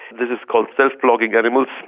this is called self-blogging animals.